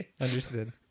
understood